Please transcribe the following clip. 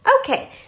Okay